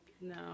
no